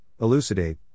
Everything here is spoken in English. elucidate